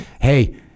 Hey